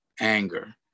anger